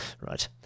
right